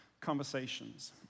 conversations